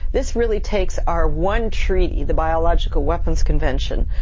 this really takes our one treaty, the biological weapons convention,